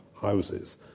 houses